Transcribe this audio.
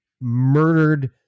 murdered